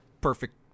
perfect